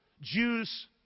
Jews